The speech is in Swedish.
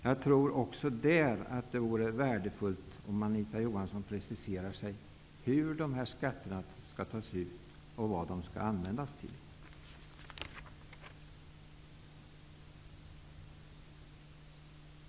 Jag tror att det också där vore värdefullt om Anita Johansson preciserade var dessa skatter skall tas ut och vad de skall användas till.